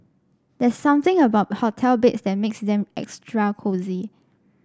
there's something about hotel beds that makes them extra cosy